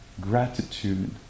gratitude